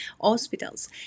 hospitals